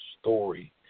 story